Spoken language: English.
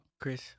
Chris